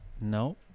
No